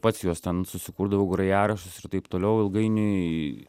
pats juos ten susikurdavau grojaraščius ir taip toliau ilgainiui